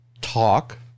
talk